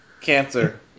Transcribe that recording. Cancer